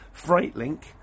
Freightlink